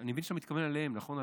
אני מבין שאתה מתכוון אליהם, נכון?